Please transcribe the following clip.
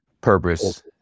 purpose